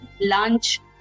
lunch